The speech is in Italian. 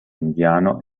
indiano